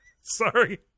sorry